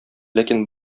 ләкин